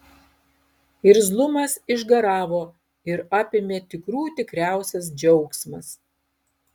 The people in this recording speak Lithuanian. irzlumas išgaravo ir apėmė tikrų tikriausias džiaugsmas